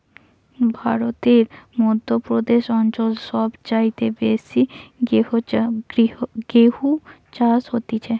ভারতের মধ্য প্রদেশ অঞ্চল সব চাইতে বেশি গেহু চাষ হতিছে